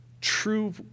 true